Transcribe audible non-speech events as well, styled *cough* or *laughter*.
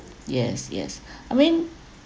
yes yes *breath* I mean